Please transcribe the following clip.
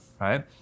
right